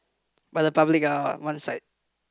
but the public are onside